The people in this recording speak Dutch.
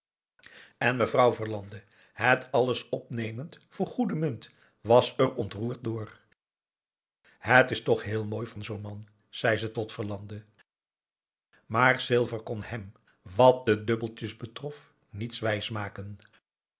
en mevrouw verlande het alles opnemend voor goede munt was er ontroerd door het is toch heel mooi van zoo'n man zei ze tot verlande maar silver kon hem wat de dubbeltjes betrof niets